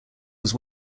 was